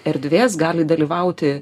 erdvės gali dalyvauti